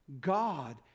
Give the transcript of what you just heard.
God